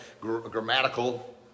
grammatical